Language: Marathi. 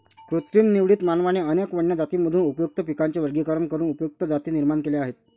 कृत्रिम निवडीत, मानवाने अनेक वन्य जातींमधून उपयुक्त पिकांचे वर्गीकरण करून उपयुक्त जाती निर्माण केल्या आहेत